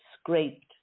scraped